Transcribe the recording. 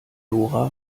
lora